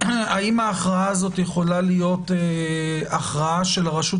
האם ההכרעה הזו יכולה להיות הכרעה של הרשות